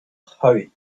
hope